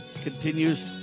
continues